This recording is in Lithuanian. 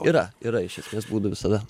yra yra iš esmės būdų visada